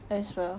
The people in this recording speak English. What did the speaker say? as well